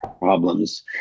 problems